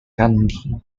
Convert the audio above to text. gandhi